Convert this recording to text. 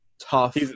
tough